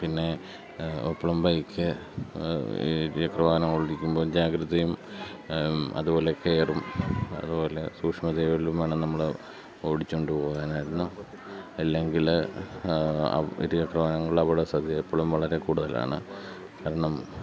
പിന്നെ ഒപ്പളും ബൈക്ക് ഇരുചക്രവാഹനം ഓടിക്കുമ്പോൾ ജാഗ്രതയും അതുപോലെ കെയറും അതുപോലെ സൂക്ഷ്മതയിലും വേണം നമ്മൾ ഓടിച്ചു കൊണ്ടു പോകാൻ ആയിരുന്നു അല്ലെങ്കിൽ ഇരുചക്ര വാഹനങ്ങളിൽ അപകട സധ്യത എപ്പോഴും വളരെ കൂടുതലാണ് കാരണം